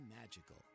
magical